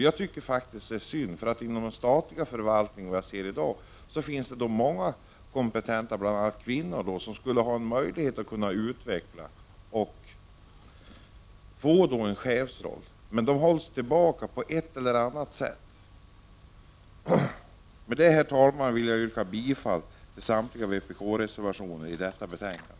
Jag tycker att det är synd, för inom den statliga förvaltningen finns det många kompetenta, bl.a. kvinnor, som borde ha möjlighet att utvecklas och få en chefsroll, men de hålls tillbaka på ett eller annat sätt. Med det, herr talman, vill jag yrka bifall till samtliga vpk-reservationer vid detta betänkande.